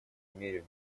мере